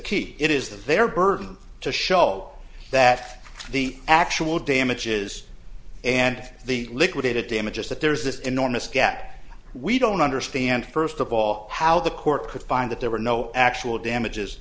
key it is their burden to show that the actual damages and the liquidated damages that there's this enormous gap we don't understand first of all how the court could find that there were no actual damages